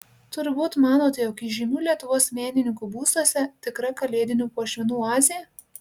turbūt manote jog įžymių lietuvos menininkų būstuose tikra kalėdinių puošmenų oazė